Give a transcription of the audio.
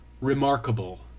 remarkable